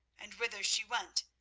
and whither she went,